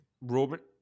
Robert